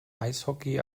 eishockey